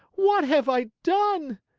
what have i done?